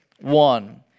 one